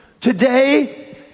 Today